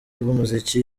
b’umuziki